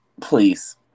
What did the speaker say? please